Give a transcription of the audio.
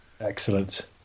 excellent